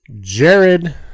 Jared